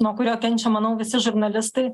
nuo kurio kenčia manau visi žurnalistai